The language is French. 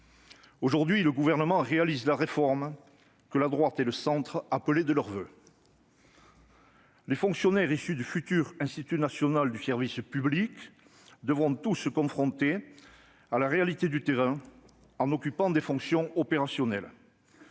Aujourd'hui, le Gouvernement réalise la réforme que la droite et le centre appelaient de leurs voeux. Les fonctionnaires issus du futur Institut national du service public devront tous se confronter à la réalité du terrain, en occupant des fonctions opérationnelles.